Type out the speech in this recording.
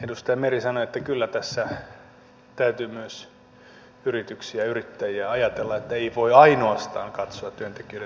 edustaja meri sanoi että kyllä tässä täytyy myös yrityksiä ja yrittäjiä ajatella että ei voi katsoa ainoastaan työntekijöiden näkökulmasta